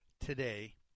today